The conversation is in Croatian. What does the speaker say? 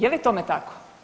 Je li tome tako?